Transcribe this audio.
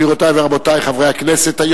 גבירותי ורבותי חברי הכנסת,